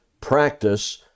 practice